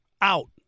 out